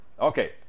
Okay